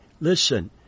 Listen